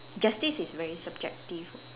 justice is very subjective